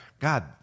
God